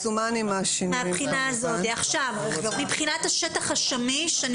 מבחינת השטח השמיש.